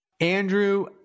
Andrew